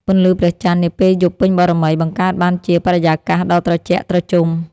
ពន្លឺព្រះច័ន្ទនាពេលយប់ពេញបូណ៌មី បង្កើតបានជាបរិយាកាសដ៏ត្រជាក់ត្រជុំ។